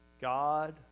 God